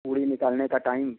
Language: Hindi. पूड़ी निकालने के टाइम